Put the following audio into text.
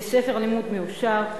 כספר לימוד מאושר,